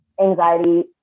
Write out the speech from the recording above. anxiety